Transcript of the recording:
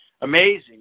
amazing